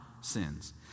sins